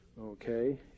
okay